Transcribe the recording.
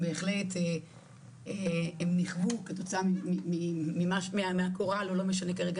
בהחלט הם נכוו כתוצאה מהגורל או לא משנה כרגע